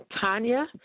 Tanya